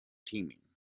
teaming